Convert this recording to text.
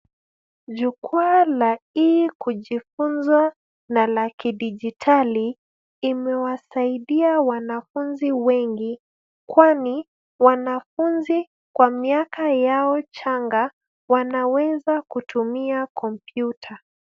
Jukwaa la hii kujifunza na la kidigitali imewasaidia wanafunzi wengi kwani wanafunzi kwa miaka yao changa wanaweza kutumia kompyuta.